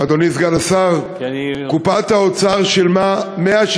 אדוני סגן השר: קופת האוצר שילמה 160